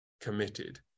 committed